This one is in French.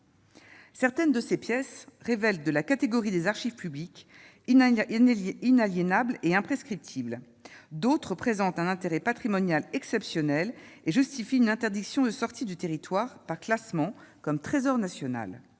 certaines de ces pièces révèlent de la catégorie des archives publiques, il n'a, il y a, il n'est lié inaliénable et imprescriptible d'autres présentent un intérêt patrimonial exceptionnel et justifie une interdiction de sortie du territoire pas classement comme trésor national,